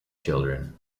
children